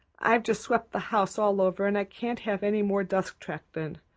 i've just swept the house all over and i can't have any more dust tracked in.